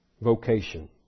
vocation